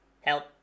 Help